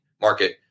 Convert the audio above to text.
market